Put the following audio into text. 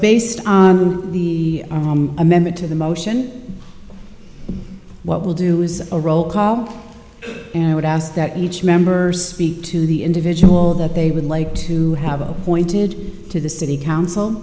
based on the amendment to the motion what we'll do is a roll call and i would ask that each member speak to the individual that they would like to have a pointed to the city council